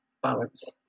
balance